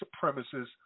supremacists